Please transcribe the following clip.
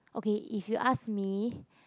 okay if you ask me